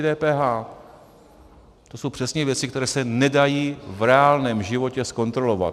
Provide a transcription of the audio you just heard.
To jsou přesně věci, které se nedají v reálném životě zkontrolovat.